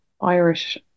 Irish